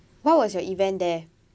what was your event there